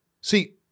See